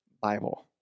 Bible